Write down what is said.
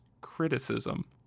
criticism